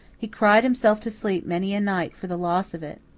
he cried himself to sleep many a night for the loss of it.